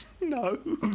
No